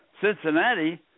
Cincinnati